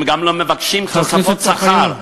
הם גם לא מבקשים תוספות שכר,